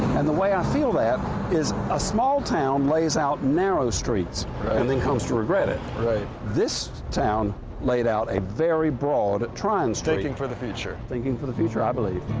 and the way i feel that is a small town lays out narrow streets and then comes to regret it. right. this town laid out a very broad tryon street so thinking for the future. thinking for the future, i believe.